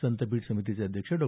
संतपीठ समितीचे अध्यक्ष डॉ